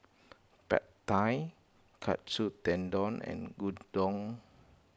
Pad Thai Katsu Tendon and Gyudon